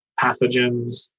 pathogens